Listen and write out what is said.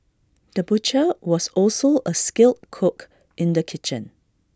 the butcher was also A skilled cook in the kitchen